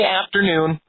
afternoon